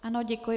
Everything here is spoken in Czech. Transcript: Ano, děkuji.